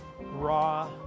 raw